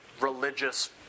religious